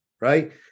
right